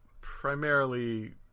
primarily